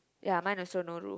ya mine also no roof